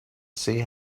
see